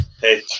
Hey